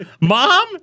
Mom